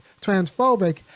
transphobic